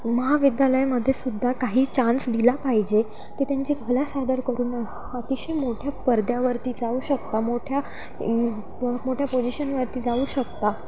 महाविद्यालयामध्ये सुद्धा काही चान्स दिला पाहिजे ते त्यांची कला सादर करून अतिशय मोठ्या पडद्यावरती जाऊ शकता मोठ्या मोठ्या पोजिशनवरती जाऊ शकता